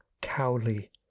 Cowley